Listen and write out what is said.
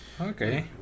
Okay